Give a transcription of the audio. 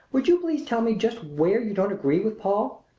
would you please tell me just where you don't agree with paul?